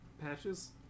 patches